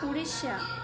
Orissa